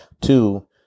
two